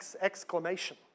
exclamation